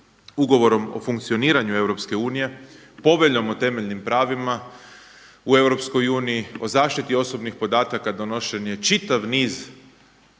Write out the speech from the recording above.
Ugovorom o funkcioniranju EU, Poveljom o temeljnim pravima u EU, o zaštiti osobnih podataka. Donošen je čitav niz